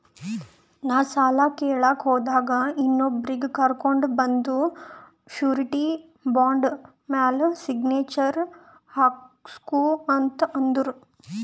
ನಾ ಸಾಲ ಕೇಳಲಾಕ್ ಹೋದಾಗ ಇನ್ನೊಬ್ರಿಗಿ ಕರ್ಕೊಂಡ್ ಬಂದು ಶೂರಿಟಿ ಬಾಂಡ್ ಮ್ಯಾಲ್ ಸಿಗ್ನೇಚರ್ ಹಾಕ್ಸೂ ಅಂತ್ ಅಂದುರ್